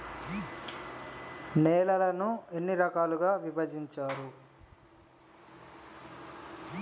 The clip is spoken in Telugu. నేలలను ఎన్ని రకాలుగా విభజించారు?